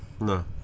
No